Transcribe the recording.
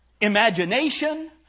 imagination